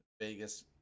Vegas-